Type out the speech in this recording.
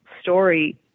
story